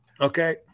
Okay